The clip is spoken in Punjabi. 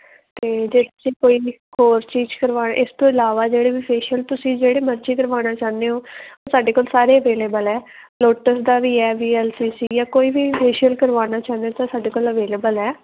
ਅਤੇ ਜੇ ਤੁਸੀਂ ਕੋਈ ਵੀ ਹੋਰ ਚੀਜ਼ ਕਰਵਾ ਇਸ ਤੋਂ ਇਲਾਵਾ ਜਿਹੜੇ ਵੀ ਫੇਸ਼ੀਅਲ ਤੁਸੀਂ ਜਿਹੜੇ ਮਰਜ਼ੀ ਕਰਵਾਉਣਾ ਚਾਹੁੰਦੇ ਹੋ ਸਾਡੇ ਕੋਲ ਸਾਰੇ ਅਵੇਲੇਬਲ ਹੈ ਲੋਟਸ ਦਾ ਵੀ ਹੈ ਵੀ ਐਲ ਸੀ ਸੀ ਆ ਕੋਈ ਵੀ ਫੇਸ਼ੀਅਲ ਕਰਵਾਉਣਾ ਚਾਹੁੰਦੇ ਤਾਂ ਸਾਡੇ ਕੋਲ ਅਵੇਲੇਬਲ ਹੈ